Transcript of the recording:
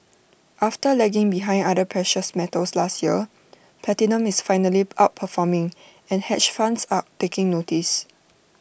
after lagging behind other precious metals last year platinum is finally outperforming and hedge funds are taking notice